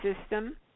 system